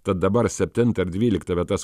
tad dabar septintą ir dvyliktą vietas